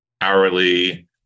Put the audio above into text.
hourly